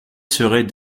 seraient